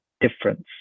difference